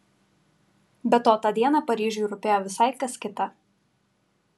be to tą dieną paryžiui rūpėjo visai kas kita